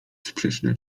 sprzeczna